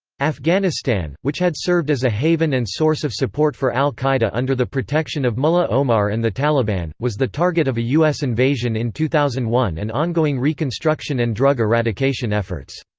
afghanistan, which had served as a haven and source of support for al-qaeda under the protection of mullah omar and the taliban, was the target of a u s. invasion in two thousand and one and ongoing reconstruction and drug-eradication efforts.